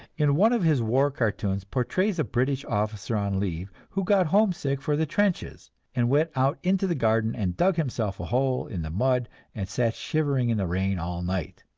in one of his war cartoons, portrays a british officer on leave, who got homesick for the trenches and went out into the garden and dug himself a hole in the mud and sat shivering in the rain all night.